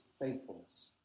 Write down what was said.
faithfulness